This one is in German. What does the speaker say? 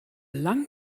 lang